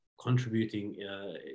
contributing